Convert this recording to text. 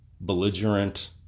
belligerent